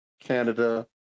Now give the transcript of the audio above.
Canada